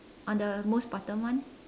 on the most bottom one